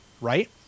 right